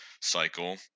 cycle